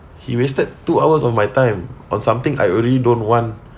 he wasted two hours of my time on something I already don't want